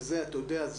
אתה יודע,